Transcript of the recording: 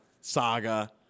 saga